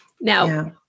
now